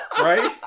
right